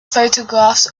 photographs